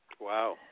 Wow